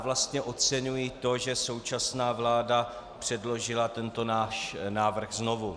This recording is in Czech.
Vlastně oceňuji to, že současná vláda předložila tento náš návrh znovu.